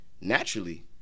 naturally